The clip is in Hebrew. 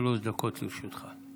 שלוש דקות לרשותך.